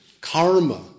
Karma